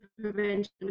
prevention